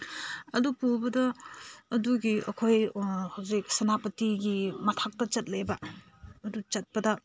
ꯑꯗꯨ ꯄꯨꯕꯗ ꯑꯗꯨꯒꯤ ꯑꯩꯈꯣꯏ ꯍꯧꯖꯤꯛ ꯁꯦꯅꯥꯄꯇꯤꯒꯤ ꯃꯊꯛꯇ ꯆꯠꯂꯦꯕ ꯑꯗꯨ ꯆꯠꯄꯗ